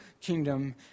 kingdom